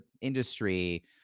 industry